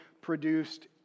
produced